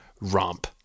romp